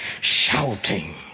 shouting